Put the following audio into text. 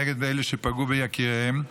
נגד אלה שפגעו ביקיריהם.